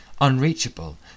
unreachable